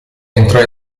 entrò